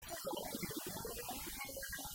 זהו, זהו, זהו, זהו.